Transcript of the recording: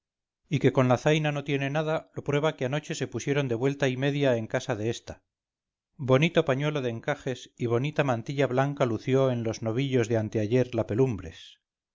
y que con la zaina no tiene nada lo prueba que anoche se pusieron de vuelta y media en casa de esta bonito pañuelo de encajes y bonita mantilla blanca lució en los novillos de anteayer la